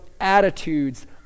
attitudes